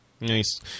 Nice